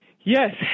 Yes